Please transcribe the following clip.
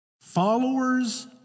Followers